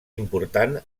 important